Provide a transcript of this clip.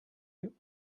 you